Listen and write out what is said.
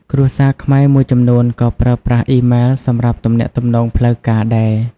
គ្រួសារខ្មែរមួយចំនួនក៏ប្រើប្រាស់អ៊ីម៉ែលសម្រាប់ទំនាក់ទំនងផ្លូវការដែរ។